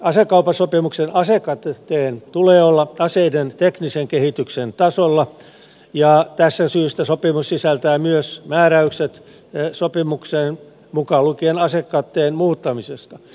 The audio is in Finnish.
asekauppasopimuksen asekatteen tulee olla aseiden teknisen kehityksen tasolla ja tästä syystä sopimus sisältää myös määräykset sopimuksen mukaan lukien asekatteen muuttamisesta